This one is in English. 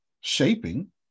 shaping